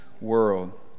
world